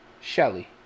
Shelly